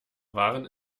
waren